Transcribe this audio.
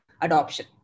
adoption